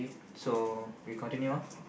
so we continue